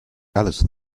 alice